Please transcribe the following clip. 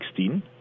2016